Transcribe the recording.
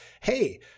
hey